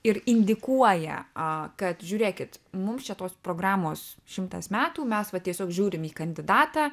ir indikuoja a kad žiūrėkit mums čia tos programos šimtas metų mes va tiesiog žiūrim į kandidatą